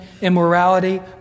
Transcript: immorality